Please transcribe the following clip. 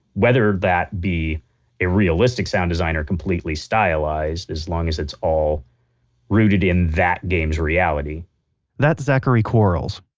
whether that be a realistic sound design or completely stylized, as long as it's all rooted in that game's reality that's zachary quarles.